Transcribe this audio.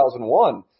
2001